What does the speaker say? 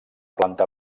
planta